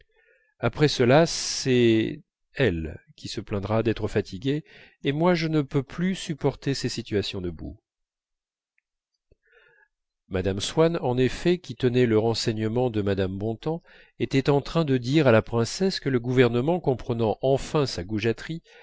après cela c'est elle qui se plaindra d'être fatiguée et moi je ne peux plus supporter ces stations debout mme swann en effet qui tenait le renseignement de mme bontemps était en train de dire à la princesse que le gouvernement comprenant enfin sa